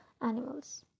animals